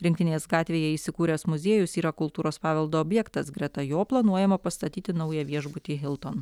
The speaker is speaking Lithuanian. rinktinės gatvėje įsikūręs muziejus yra kultūros paveldo objektas greta jo planuojama pastatyti naują viešbutį hilton